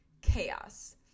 chaos